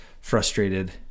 frustrated